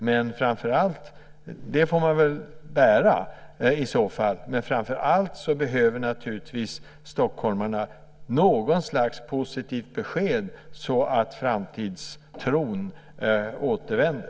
Men det får man bära. Framför allt behöver stockholmarna något slags positivt besked så att framtidstron återvänder.